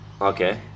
Okay